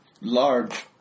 large